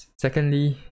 Secondly